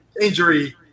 injury